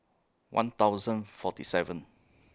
one thousand forty seven